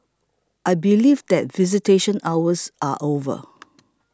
I believe that visitation hours are over